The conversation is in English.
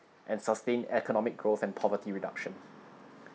and sustained economic growth and poverty reduction